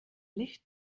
licht